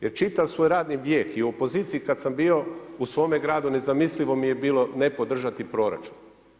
Jer čitav svoj radni vijek i u opoziciji kad sam bio u svome gradu nezamislivo mi je bilo ne podržati proračun.